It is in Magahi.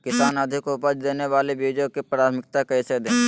किसान अधिक उपज देवे वाले बीजों के प्राथमिकता कैसे दे?